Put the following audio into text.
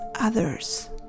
others